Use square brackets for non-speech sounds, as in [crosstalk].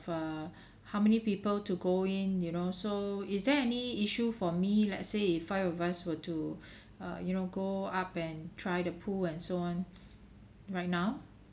err how many people to go in you know so is there any issue for me let's say if five of us were to [breath] uh you know go up and try the pool and so on right now